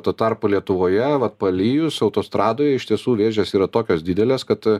tuo tarpu lietuvoje vat palijus autostradoj iš tiesų vėžės yra tokios didelės kad